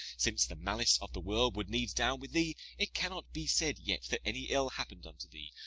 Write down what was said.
since the malice of the world would needs down with thee, it cannot be said yet that any ill happen'd unto thee,